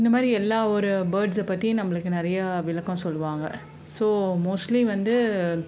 இந்தமாதிரி எல்லா ஒரு பேர்ட்ஸ்ஸை பற்றி நம்மளுக்கு நிறையா விளக்கம் சொல்லுவாங்க ஸோ மோஸ்ட்லி வந்து